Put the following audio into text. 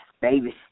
baby